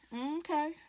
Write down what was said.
Okay